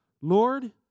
Lord